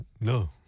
No